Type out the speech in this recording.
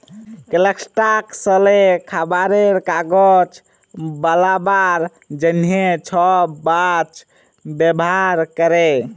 কলস্ট্রাকশলে, খাবারে, কাগজ বালাবার জ্যনহে ছব বাঁশ ব্যাভার ক্যরে